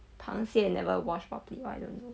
螃蟹 never wash properly or I don't know